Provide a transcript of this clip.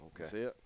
okay